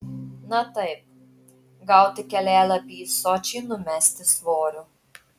na taip gauti kelialapį į sočį numesti svorio